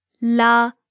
la